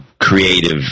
creative